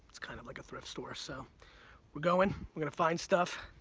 it's kind of like a thrift store so we're going, we're gonna find stuff.